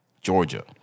Georgia